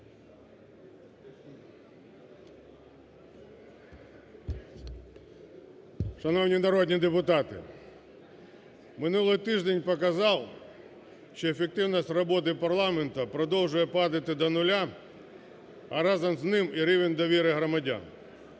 Шановні народні депутати, минулий тиждень показав, що ефективність роботи парламенту продовжує падати до нуля, а разом з ним і рівень довіри громадян.